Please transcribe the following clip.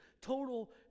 total